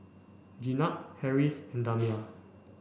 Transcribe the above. Jenab Harris and Damia